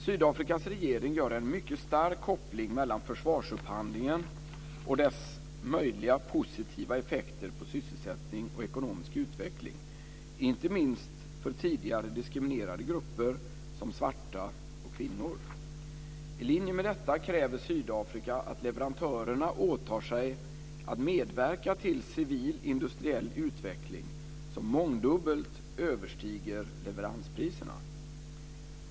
Sydafrikas regering gör en mycket stark koppling mellan försvarsupphandlingen och dess möjliga positiva effekter på sysselsättning och ekonomisk utveckling, inte minst för tidigare diskriminerade grupper som svarta och kvinnor. I linje med detta kräver Sydafrika att leverantörerna åtar sig att medverka till civil industriell utveckling som mångdubbelt överstiger leveranspriserna.